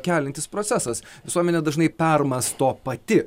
keliantis procesas visuomenė dažnai permąsto pati